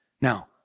Now